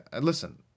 Listen